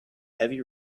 heavy